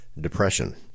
Depression